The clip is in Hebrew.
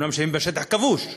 הן יושבות בשטח כבוש כמובן.